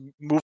Move